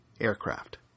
aircraft